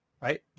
right